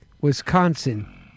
Wisconsin